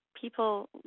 people